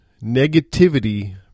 Negativity